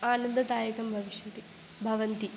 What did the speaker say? आनन्ददायकं भविष्यति भवन्ति